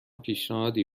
پیشنهادی